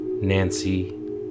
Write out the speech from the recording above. Nancy